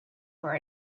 for